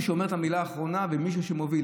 שאומר את המילה האחרונה ומישהו שמוביל,